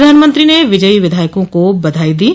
प्रधानमंत्री ने विजयी विधायकों को बधाई दीं